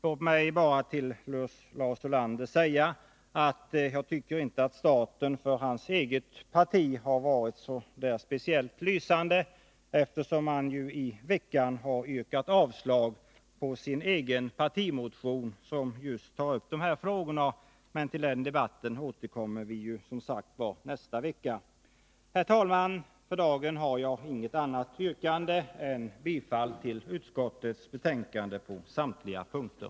Låt mig därför säga till Lars Ulander att jag inte tycker att starten för hans parti har varit så speciellt lysande, eftersom han under veckan har yrkat avslag på sin egen partimotion där just dessa frågor tas upp — till den debatten återkommer vi ju nästa vecka. Herr talman! För dagen har jag inget annat yrkande än yrkande om bifall till utskottets hemställan i samtliga delar.